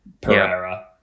Pereira